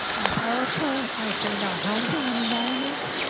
um powerful, i care about housing and environment,